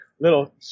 little